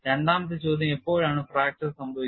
രണ്ടാമത്തെ ചോദ്യം എപ്പോഴാണ് ഫ്രാക്ചർ സംഭവിക്കുന്നത്